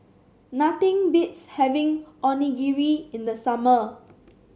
nothing beats having Onigiri in the summer